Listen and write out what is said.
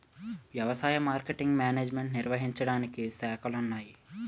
వ్యవసాయ marketing management నిర్వహించడానికి శాఖలున్నాయి